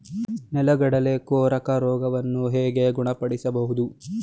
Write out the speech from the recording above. ನೆಲಗಡಲೆ ಕೊರಕ ರೋಗವನ್ನು ಹೇಗೆ ಗುಣಪಡಿಸಬಹುದು?